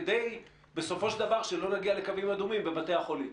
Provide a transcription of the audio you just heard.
כדי שלא נגיע לקווים אדומים בבתי החולים.